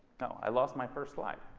i lost my first line.